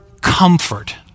comfort